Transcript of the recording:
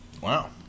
Wow